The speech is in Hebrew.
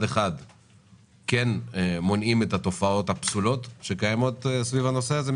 אחד מונעים את התופעות הפסולות שקיימות סביב הנושא הזה,